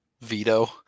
veto